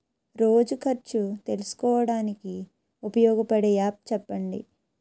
రోజు ఖర్చు తెలుసుకోవడానికి ఉపయోగపడే యాప్ చెప్పండీ?